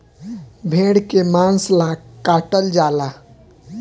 भेड़ के मांस ला काटल जाला